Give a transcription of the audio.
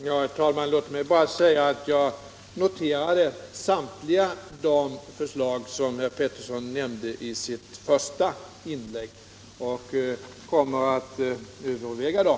Herr talman! Låt mig bara säga att jag noterade samtliga de förslag som herr Pettersson i Lund lade fram i sitt första inlägg, och jag kommer att överväga dem.